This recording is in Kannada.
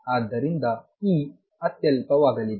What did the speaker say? ಆದ್ದರಿಂದ E ಅತ್ಯಲ್ಪವಾಗಲಿದೆ